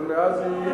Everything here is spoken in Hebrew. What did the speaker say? אבל מאז היא,